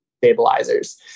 stabilizers